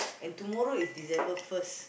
and tomorrow is December first